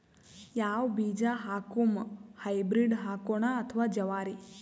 ಯಾವ ಬೀಜ ಹಾಕುಮ, ಹೈಬ್ರಿಡ್ ಹಾಕೋಣ ಅಥವಾ ಜವಾರಿ?